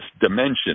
dimension